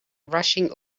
rushing